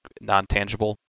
non-tangible